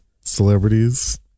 celebrities